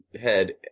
head